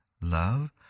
love